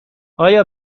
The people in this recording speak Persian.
آیا